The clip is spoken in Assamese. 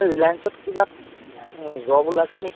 ৰিলায়েঞ্চত কিবা জৱ ওলাইছে নি